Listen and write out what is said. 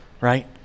right